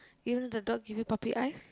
even the dog give you puppy eyes